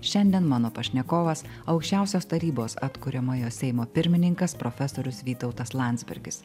šiandien mano pašnekovas aukščiausios tarybos atkuriamojo seimo pirmininkas profesorius vytautas landsbergis